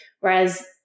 whereas